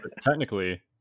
technically